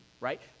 right